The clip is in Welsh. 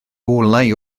olau